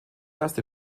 erste